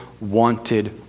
wanted